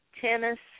Tennessee